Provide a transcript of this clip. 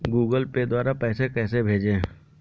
Google Pay द्वारा पैसे कैसे भेजें?